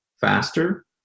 faster